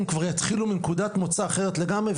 כבר יתחילו מנקודת מוצא אחרת לגמרי.